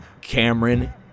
cameron